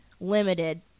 limited